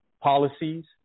policies